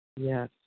Yes